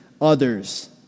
others